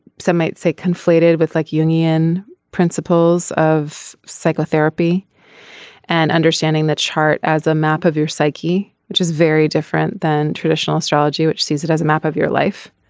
some might say conflated with like union principles of psychotherapy and understanding the chart as a map of your psyche which is very different than traditional astrology which sees it as a map of your life.